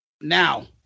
Now